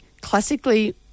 classically